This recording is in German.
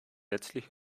letztlich